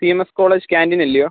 C M S college കാൻ്റീനല്ലയോ